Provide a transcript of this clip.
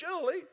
Julie